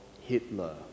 Hitler